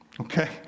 okay